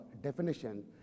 definition